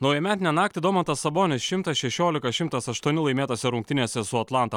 naujametinę naktį domantas sabonis šimtas šešiolika šimtas aštuoni laimėtose rungtynėse su atlanta